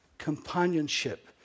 companionship